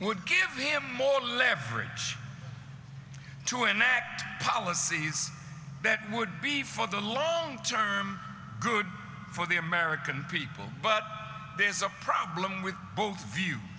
would give him more leverage to enact policies that would be for the long term good for the american people but there's a problem with both